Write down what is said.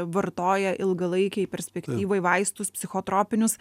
vartoja ilgalaikėj perspektyvoj vaistus psichotropinius